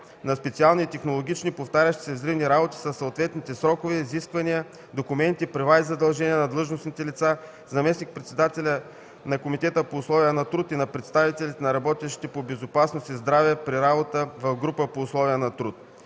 на специални и технологични (повтарящи се) взривни работи със съответните срокове, изисквани документи, права и задължения на длъжностните лица – заместник-председателя на комитета по условия на труд и на представителя на работещите по безопасност и здраве при работа в групата по условия на труд.